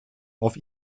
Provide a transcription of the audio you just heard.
auf